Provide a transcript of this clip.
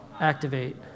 activate